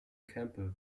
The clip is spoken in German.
campbell